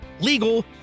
legal